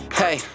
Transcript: hey